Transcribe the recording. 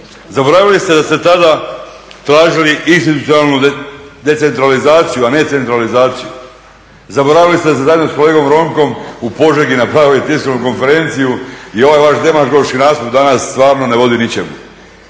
Zaboravili ste da ste tada tražili institucionalnu decentralizaciju, a ne centralizaciju, zaboravili ste da ste zajedno sa kolegom Ronkom u Požegi napravili tiskovnu konferenciju i ovaj demagoški nastup danas stvarno ne vodi ničemu.